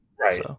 Right